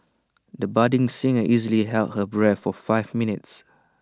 the budding singer easily held her breath for five minutes